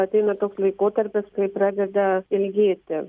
ateina toks laikotarpis kai pradeda ilgėti